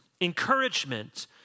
encouragement